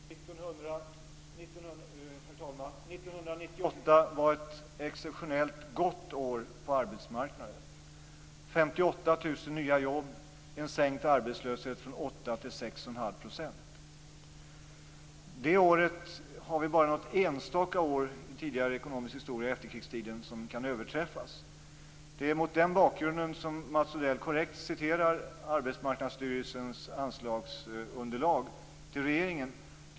Herr talman! 1998 var ett exceptionellt gott år på arbetsmarknaden - 58 000 nya jobb, en sänkt arbetslöshet från 8 % till 6,5 %. Det året kan bara överträffas av något enstaka år i tidigare ekonomisk historia under efterkrigstiden. Det är mot den bakgrunden som Mats Odell korrekt citerar Arbetsmarknadsstyrelsens anslagsunderlag till regeringen.